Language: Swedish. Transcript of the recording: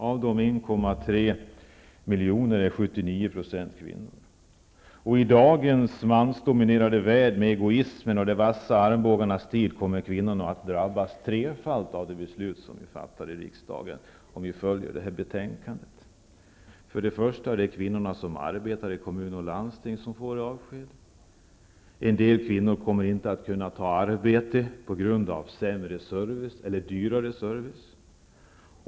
Av 1,3 miljoner anställda är 79 % kvinnor. I dagens mansdominerade värld, med egoismen och de vassa armbågarnas tid, kommer kvinnorna att drabbas trefalt av de beslut som vi fattar i riksdagen, om vi följer utskottsbetänkandets förslag. För det första är det kvinnorna som arbetar i kommun och landsting som får avsked. För det andra kommer en del kvinnor inte att kunna ta arbete på grund av sämre service eller dyrare service.